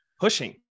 pushing